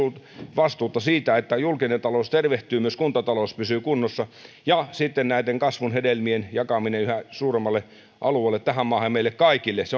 vastuuta siitä että julkinen talous tervehtyy ja myös kuntatalous pysyy kunnossa ja sitten näiden kasvun hedelmien jakaminen yhä suuremmalle alueelle tähän maahan ja meille kaikille